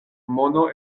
mono